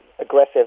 aggressive